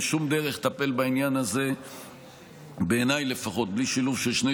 בעיניי לפחות אין שום דרך לטפל בעניין הזה בלי שילוב של שני